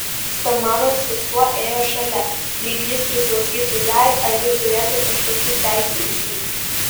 samanos sesuo ėjo šalia lyg jis priklausytų jai ar ji turėtų kažkokių teisių į jį